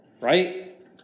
right